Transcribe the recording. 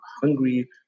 hungry